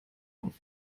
auf